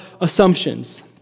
assumptions